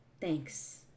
Thanks